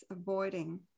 avoiding